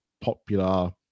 popular